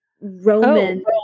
Roman